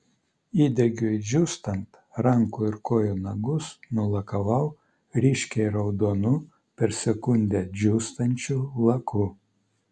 įdegiui džiūstant rankų ir kojų nagus nulakavau ryškiai raudonu per sekundę džiūstančių laku